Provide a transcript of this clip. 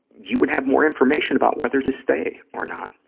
you would have more information about whether to stay or not,